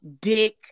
dick